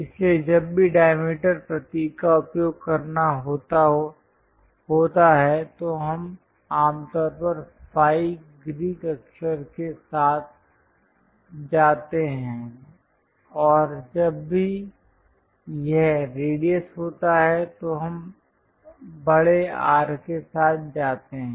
इसलिए जब भी डायमीटर प्रतीक का उपयोग करना होता है तो हम आमतौर पर phi ग्रीक अक्षर के साथ जाते हैं और जब भी यह रेडियस होता है तो हम बड़े 'R के साथ जाते हैं